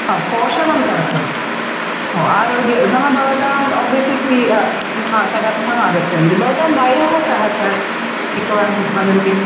हो पोषणं कर्तुम् हो आरोग्यं नाम भवताम् ओबेसिटि हा तदर्थम् आगच्छन्ति भवतां वयः कः च एकवारं वदन्ति